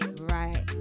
right